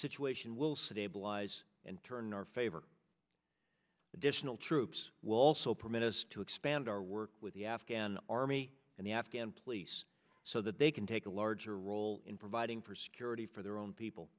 situation will set a bligh's in turn our favor additional troops will also permit us to expand our work with the afghan army and the afghan police so that they can take a larger role in providing for security for their own people